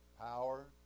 power